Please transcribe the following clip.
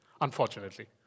unfortunately